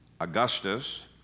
Augustus